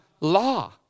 law